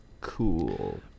cool